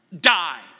die